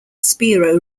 spiro